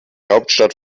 hauptstadt